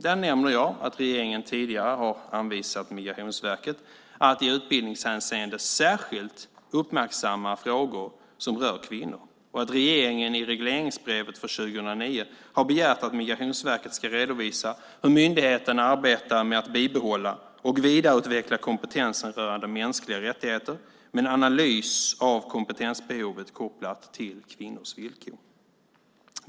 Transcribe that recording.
Där nämner jag att regeringen tidigare har anvisat Migrationsverket att i utbildningshänseende särskilt uppmärksamma frågor som rör kvinnor och att regeringen i regleringsbrevet för 2009 har begärt att Migrationsverket ska redovisa hur myndigheten arbetar med att bibehålla och vidareutveckla kompetensen rörande mänskliga rättigheter med en analys av kompetensbehovet kopplat till kvinnors villkor.